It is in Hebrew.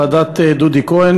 ועדת דודי כהן,